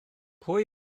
pwy